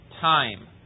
time